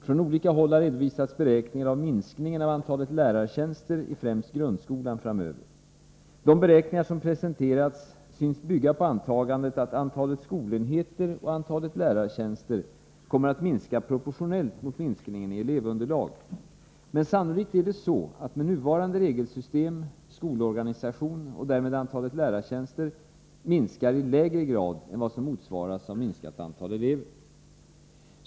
Från olika håll har redovisats beräkningar av minskningen av antalet lärartjänster i ffrämst grundskolan framöver. De beräkningar som presenterats synes bygga på antagandet att antalet skolenheter och antalet lärartjänster kommer att minska proportionellt mot minskningen i elevunderlag. Men sannolikt är det så att, med nuvarande regelsystem, skolorganisationen och därmed antalet lärartjänster minskar i lägre grad än vad som motsvaras av minskat antal elever.